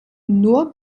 nur